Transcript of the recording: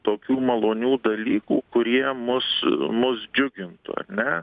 tokių malonių dalykų kurie mus mus džiugintų ane